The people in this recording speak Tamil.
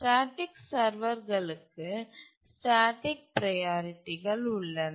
ஸ்டேட்டிக் சர்வர்களுக்கு ஸ்டேட்டிக் ப்ரையாரிட்டிகள் உள்ளன